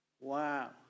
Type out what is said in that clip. Wow